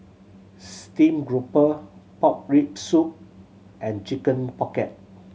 steamed grouper pork rib soup and Chicken Pocket